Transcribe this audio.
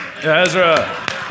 Ezra